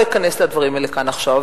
לא אכנס לדברים האלה כאן עכשיו.